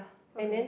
okay